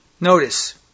Notice